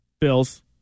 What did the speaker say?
Bills